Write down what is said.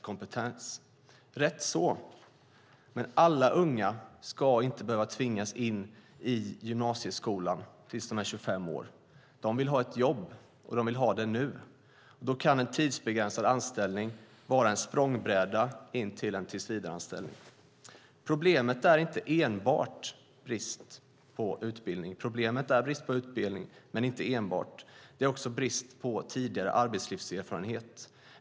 Det är rätt så, men alla unga ska inte tvingas in i gymnasieskolan tills de är 25 år. De vill ha ett jobb, och de vill ha det nu. Då kan en tidsbegränsad anställning vara en språngbräda till en tillsvidareanställning. Problemet är inte enbart brist på utbildning utan också brist på tidigare arbetslivserfarenhet.